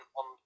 on